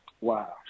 wow